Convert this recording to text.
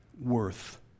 worth